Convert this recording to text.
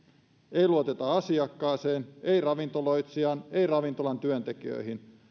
ei luoteta asiakkaaseen ei ravintoloitsijaan ei ravintolan työntekijöihin